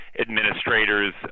administrators